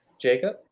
Jacob